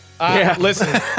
Listen